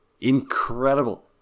Incredible